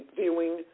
viewing